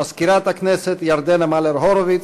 מזכירת הכנסת ירדנה מלר-הורוביץ,